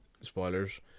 spoilers